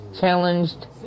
challenged